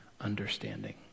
understanding